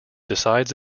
decides